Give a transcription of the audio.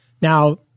Now